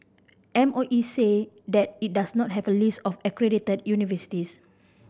M O E said that it does not have a list of accredited universities